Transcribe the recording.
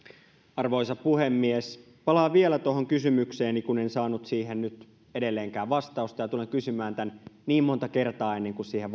arvoisa puhemies palaan vielä tuohon kysymykseeni kun en saanut siihen nyt edelleenkään vastausta ja tulen kysymään tämän niin monta kertaa ennen kuin siihen